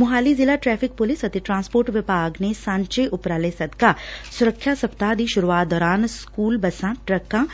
ਮੁਹਾਲੀ ਜ਼ਿਲ੍ਹਾ traffic police ਅਤੇ transport ਵਿਭਾਗ ਨੇ ਸਾਂਝੇ ਉਪਰਾਲੇ ਸਦਕਾ ਸੁਰੱਖਿਆ ਸਪਤਾਹ ਦੀ ਸੁਰੂਆਤ ਦੌਰਾਨ ਸਕੂਲ ਬੱਸਾਂ ਟਰੱਕਾਂ